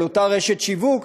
אל אותה רשת שיווק,